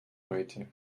heute